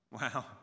Wow